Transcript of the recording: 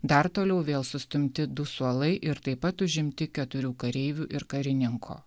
dar toliau vėl sustumti du suolai ir taip pat užimti keturių kareivių ir karininko